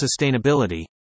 sustainability